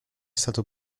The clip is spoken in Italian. stato